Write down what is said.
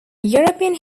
european